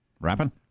Rapping